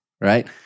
right